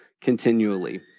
continually